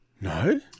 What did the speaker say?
No